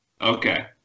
okay